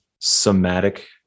somatic